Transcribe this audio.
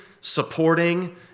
supporting